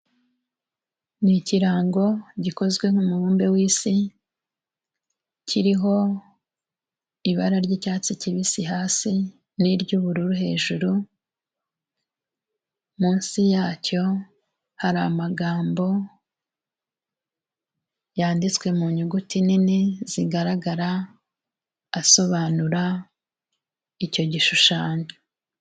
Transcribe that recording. Ni ikirango gikozwe nk'umubumbe w'Isi, kiriho ibara ry'icyatsi kibisi hasi n'iry'ubururu hejuru, munsi yacyo hari amagambo yanditswe mu nyuguti nini, zigaragara asobanura icyo gishushanyo.